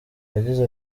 yagize